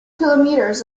kilometers